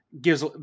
gives